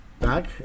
back